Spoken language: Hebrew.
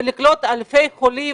ולקלוט אלפי חולים